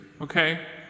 Okay